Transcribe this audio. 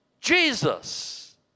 Jesus